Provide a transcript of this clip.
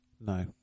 No